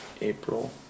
April